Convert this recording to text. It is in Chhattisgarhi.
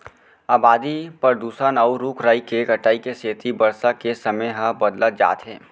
अबादी, परदूसन, अउ रूख राई के कटाई के सेती बरसा के समे ह बदलत जात हे